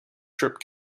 strip